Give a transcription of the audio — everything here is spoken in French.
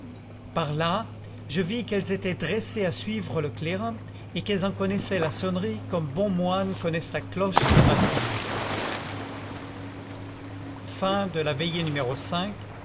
par là je vis qu'elles étaient dressées à suivre le clairin et qu'elles en connaissaient la sonnerie comme bons moines connaissent la cloche de matines sixième veillée